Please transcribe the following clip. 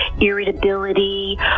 irritability